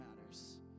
matters